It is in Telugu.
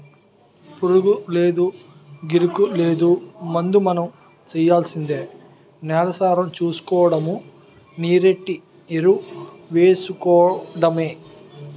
పురుగూలేదు, గిరుగూలేదు ముందు మనం సెయ్యాల్సింది నేలసారం సూసుకోడము, నీరెట్టి ఎరువేసుకోడమే